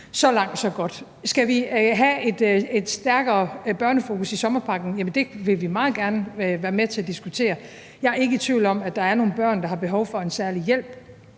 Så langt så godt. Skal vi have et stærkere børnefokus i sommerpakken? Det vil vi meget gerne være med til at diskutere. Jeg er ikke i tvivl om, at der er nogen børn, der har behov for en særlig hjælp.